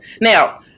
Now